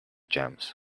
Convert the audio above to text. jams